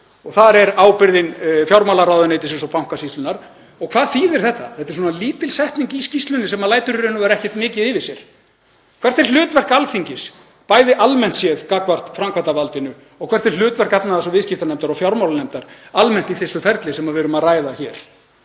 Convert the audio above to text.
Þar er ábyrgðin fjármálaráðuneytisins og Bankasýslunnar. Og hvað þýðir þetta? Þetta er svona lítil setning í skýrslunni sem lætur í raun og veru ekkert mikið yfir sér. Hvert er hlutverk Alþingis bæði almennt séð gagnvart framkvæmdarvaldinu og hvert er hlutverk efnahags- og viðskiptanefndar og fjármálanefndar almennt í þessu ferli sem við erum að ræða hér?